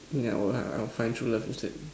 yeah would I will find true love instead